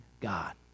God